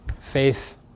faith